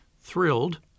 thrilled –